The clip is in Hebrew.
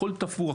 הכול תפור,